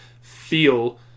feel